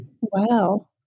wow